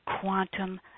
quantum